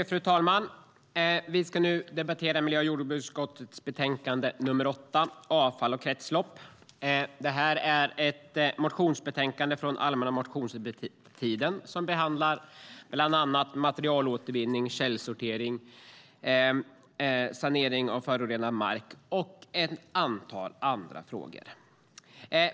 Fru talman! Vi ska nu debattera miljö och jordbruksutskottets betänkande nr 8 Avfall och kretslopp . Det är ett motionsbetänkande från allmänna motionstiden som behandlar bland annat materialåtervinning, källsortering, sanering av förorenad mark och ett antal andra frågor.